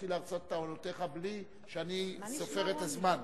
להתחיל להרצות את טענותיך בלי שאני סופר את הזמן.